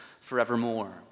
forevermore